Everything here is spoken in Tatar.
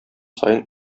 саен